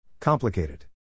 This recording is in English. Complicated